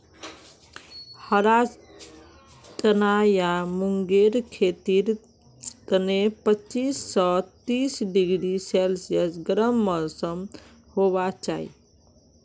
हरा चना या मूंगेर खेतीर तने पच्चीस स तीस डिग्री सेल्सियस गर्म मौसम होबा चाई